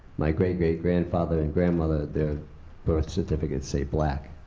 my great great grandfather and grandmother, their birth certificate say black,